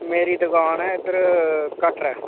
मेरी दकान ऐ इद्धर कटरै